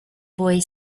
boy